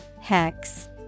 Hex